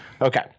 Okay